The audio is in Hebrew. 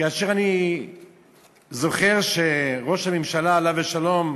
אני זוכר שכשראש הממשלה, עליו השלום,